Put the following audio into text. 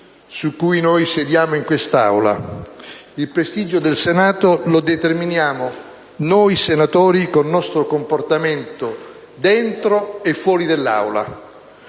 su cui noi sediamo in quest'Aula: il prestigio del Senato lo determiniamo noi senatori, con il nostro comportamento dentro e fuori dell'Aula.